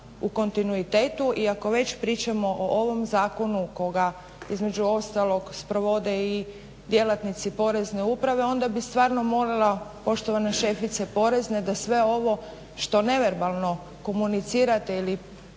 u kontinuitetu i ako već pričamo o ovom zakonu koga između ostalog sprovode i djelatnici Porezne uprave onda bi stvarno molila poštovana šefice porezne da sve ovo što neverbalno komunicirate ili